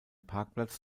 parkplatz